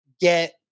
get